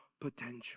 potential